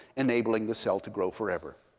enabling the cell to grow forever.